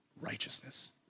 righteousness